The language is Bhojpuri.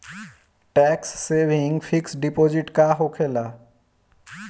टेक्स सेविंग फिक्स डिपाँजिट का होखे ला?